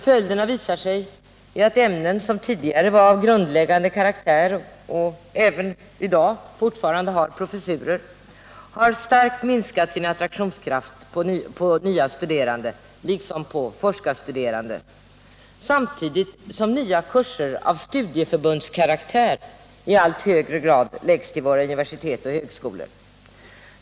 Följderna visar sig i att ämnen som tidigare var av grundläggande karaktär och som fortfarande har professurer starkt har minskat sin attraktionskraft på nya studerande liksom på forskarstuderande samtidigt som nya kurser av studieförbundskaraktär i allt högre grad läggs till våra universitet och högskolor.